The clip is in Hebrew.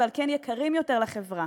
ועל כן יקרים יותר לחברה.